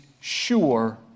sure